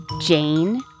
Jane